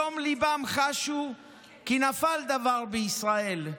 בתום ליבם חשו כי נפל דבר בישראל.